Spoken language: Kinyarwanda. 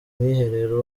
mwiherero